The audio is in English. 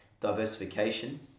Diversification